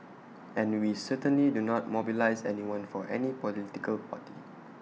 and we certainly do not mobilise anyone for any political party